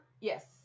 Yes